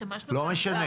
לא משנה.